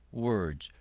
words,